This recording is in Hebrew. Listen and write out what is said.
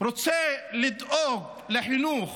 ורוצה לדאוג לחינוך